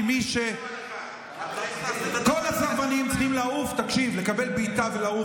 מי דיבר "יבגני"?